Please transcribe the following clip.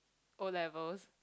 O-levels